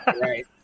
right